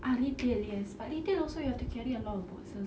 ah retail yes but retail also you have to carry a lot of boxes too